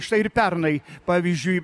štai ir pernai pavyzdžiui